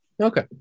Okay